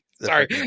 sorry